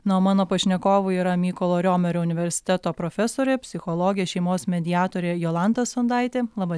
na mano pašnekovai yra mykolo riomerio universiteto profesorė psichologė šeimos mediatorė jolanta sondaitė laba